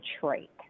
trait